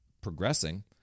progressing